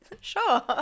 sure